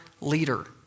leader